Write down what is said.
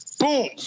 Boom